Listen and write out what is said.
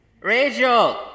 Rachel